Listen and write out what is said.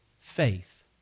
faith